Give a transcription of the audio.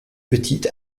petite